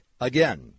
Again